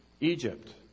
Egypt